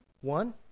One